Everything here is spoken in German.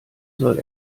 soll